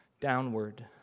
Downward